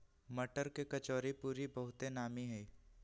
मट्टर के कचौरीपूरी बहुते नामि हइ